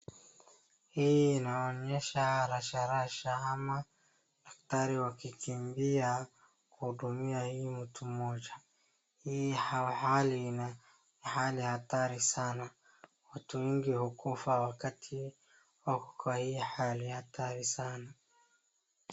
Hii inaonyesha rasharasha ama daktari wakikimbia kuhudumia hii mtu mmoja. Hii hali ni hali ya hatari sana watu wengi hukufa wakati wako kwa hii hali hatari sana.